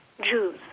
Jews